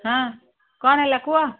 ହଁ କ'ଣ ହେଲା କୁହ